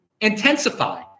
intensify